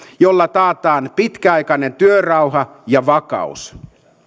jolla taataan pitkäaikainen työrauha ja vakaus